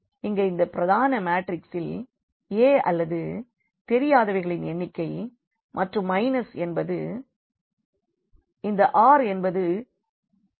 இங்கே இந்த பிரதான மேட்ரிக்ஸில் a அல்லது தெரியாதவைகளின் எண்ணிக்கை மற்றும் மைனஸ் இந்த r என்பதுபைவோட்களின் எண்ணிக்கை ஆகும்